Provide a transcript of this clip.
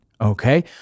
okay